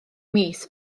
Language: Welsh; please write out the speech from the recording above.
mis